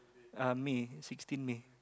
uh May sixteen May